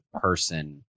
person